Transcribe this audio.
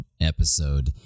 episode